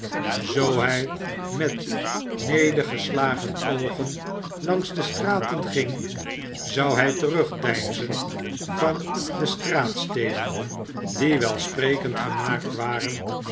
zoo bij met nedergeslagen oogen langs de straten ging zou hy terugdeinzen van de straatsteenen die welsprekend gemaakt waren